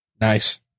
Nice